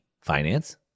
finance